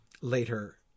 later